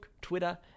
Twitter